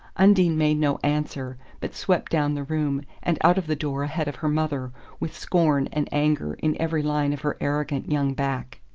undine made no answer, but swept down the room, and out of the door ahead of her mother, with scorn and anger in every line of her arrogant young back.